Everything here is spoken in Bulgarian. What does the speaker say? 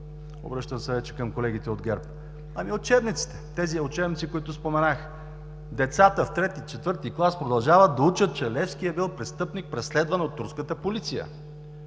Обръщам се към колегите от ГЕРБ – учебниците, тези учебници, които споменах. Децата в трети, четвърти клас продължават да учат, че Левски е бил престъпник, преследван от турската полиция.